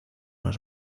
las